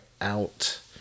out